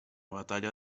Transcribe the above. batalla